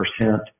percent